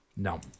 No